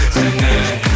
tonight